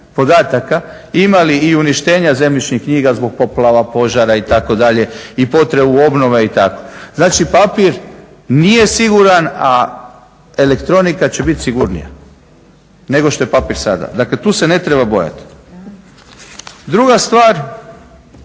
podataka imali i uništenja zemljišnih knjiga zbog poplava, požara itd. i potrebu obnove i tako. Znači, papir nije siguran, a elektronika će bit sigurnija nego što je papir sada. Dakle, tu se ne treba bojati. Druga stvar.